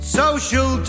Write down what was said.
social